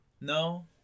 no